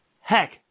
heck